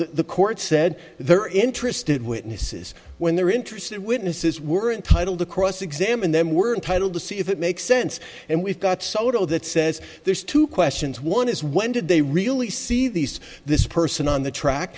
the court said they're interested witnesses when they're interested witnesses were entitled to cross examine them were entitled to see if it makes sense and we've got soto that says there's two questions one is when did they really see these this person on the track